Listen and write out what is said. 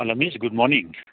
hello miss good morning